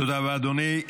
תודה רבה, אדוני.